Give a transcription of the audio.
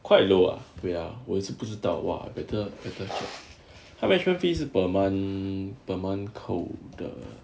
quite low ah wait ah 我也是不知道 !wah! better better check 他 management fee 是 per month per month 扣的